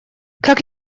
как